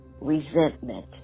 resentment